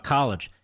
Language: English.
College